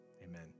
amen